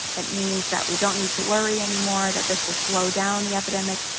it means that we don't need to worry anymore, that this will slow down the epidemic.